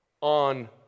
on